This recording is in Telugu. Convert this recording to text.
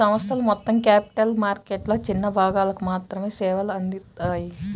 కొన్ని సంస్థలు మొత్తం క్యాపిటల్ మార్కెట్లలో చిన్న భాగాలకు మాత్రమే సేవలు అందిత్తాయి